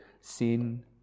sin